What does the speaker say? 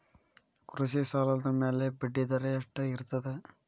ಕೃಷಿ ಸಾಲದ ಮ್ಯಾಲೆ ಬಡ್ಡಿದರಾ ಎಷ್ಟ ಇರ್ತದ?